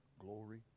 glory